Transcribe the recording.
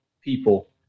people